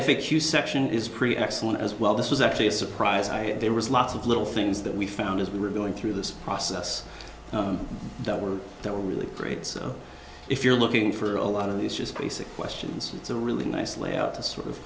q section is pretty excellent as well this was actually a surprise i there was lots of little things that we found as we were going through this process that were that were really great so if you're looking for a lot of these just basic questions it's a really nice layout to sort of